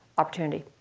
opportunity.